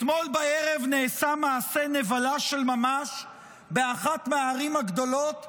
אתמול בערב נעשה מעשה נבלה של ממש באחת מהערים הגדולות,